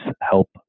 help